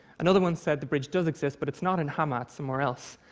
another one said the bridge does exist, but it's not in hama. it's somewhere else.